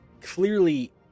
clearly